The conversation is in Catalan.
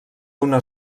una